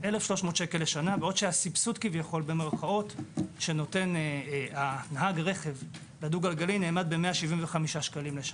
בעוד שהסבסוד במירכאות שנותן נהג הרכב לדו גלגלי נאמד ב-175 שקלים בשנה.